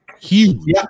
Huge